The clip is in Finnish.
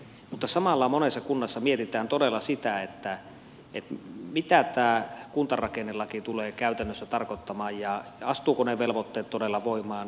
mutta samalla monessa kunnassa mietitään todella sitä mitä tämä kuntarakennelaki tulee käytännössä tarkoittamaan ja astuvatko ne velvoitteet todella voimaan